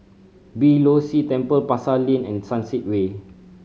Beeh Low See Temple Pasar Lane and Sunset Way